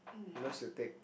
he loves to take